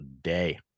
day